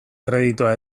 kreditua